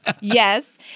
yes